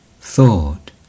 thought